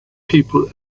people